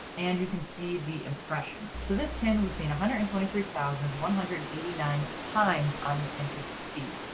and you can see the impressions. so this pin was seen one hundred and twenty three thousand one hundred and eighty nine times on the pinterest feed,